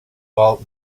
well